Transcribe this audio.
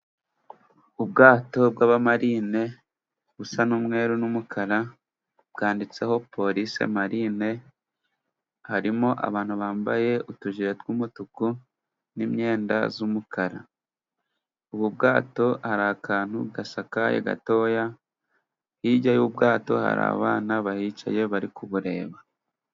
Ubwato bw'abamarine busa n'umweru n'umukara, bwanditseho police marine. Harimo abantu bambaye utujire tw'umutuku n'imyenda y'umukara. Ubu bwato hari akantu gasakaye gato, hirya y'ubwato hari abana bahicaye bari kubureba.